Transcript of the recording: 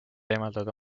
eemaldada